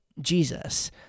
Jesus